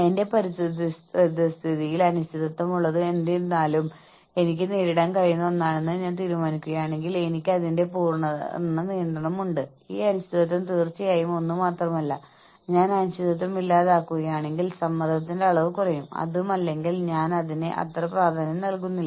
അതിനാൽ സ്ഥാപനം ലാഭമുണ്ടാക്കുകയാണെങ്കിൽ മുൻനിര തൊഴിലാളികൾ മുതൽ സിഇഒ വരെയുള്ള എല്ലാവർക്കും ഒരു ഷെയർ ലഭിക്കുകയും ചെയ്യുന്നു